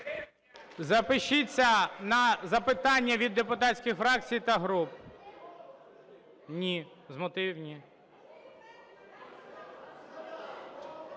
Запишіться на запитання від депутатських фракцій та груп. Ні, з мотивів ні.